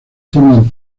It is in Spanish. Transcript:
forman